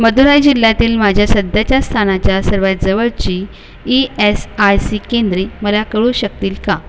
मदुराई जिल्ह्यातील माझ्या सध्याच्या स्थानाच्या सर्वात जवळची ई एस आय सी केंद्रे मला कळू शकतील का